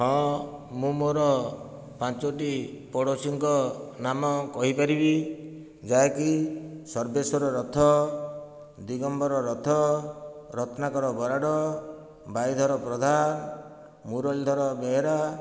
ହଁ ମୁଁ ମୋର ପାଞ୍ଚଗୋଟି ପଡ଼ୋଶୀଙ୍କ ନାମ କହିପାରିବି ଯାହାକି ସର୍ବେଶ୍ୱର ରଥ ଦିଗମ୍ବର ରଥ ରତ୍ନାକର ବରାଡ଼ ବାଇଧର ପ୍ରଧାନ ମୂରଲୀଧର ବେହେରା